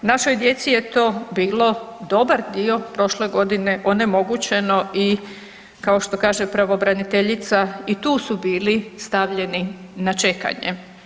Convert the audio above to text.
Našoj djeci je to bilo dobar dio prošle godine onemogućeno i kao što kaže pravobraniteljica i tu su bili stavljeni na čekanje.